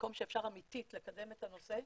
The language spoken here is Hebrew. מקום שאפשר אמיתית לקדם את הנושא,